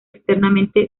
externamente